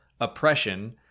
oppression